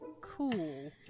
Cool